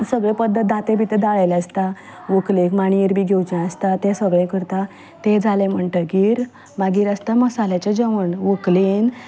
सगलें पद्दत दातें बी दायळेळें आसता व्हंकलेक मांडयेर बी घेवचें आसता तें सगलें करता तें जालें म्हणटगीर मागीर आसता मसाल्याचें जेवण व्हंकलेन